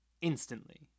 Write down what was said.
Instantly